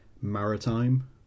maritime